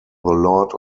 lord